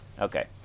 Okay